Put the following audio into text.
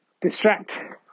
Distract